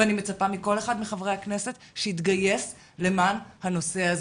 ואני מצפה מכל אחד מחברי הכנסת שיתגייס למען הנושא הזה,